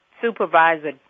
supervisor